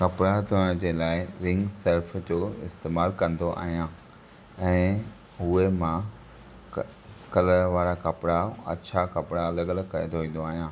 कपड़ा धोइण जे लाइ रिन सर्फ जो इस्तेमाल कंदो आहियां ऐ हुहे मां क कलर वारा कपड़ा अच्छा वारा कपड़ा अलॻि अलॻि करे धोईंदो आहियां